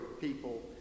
people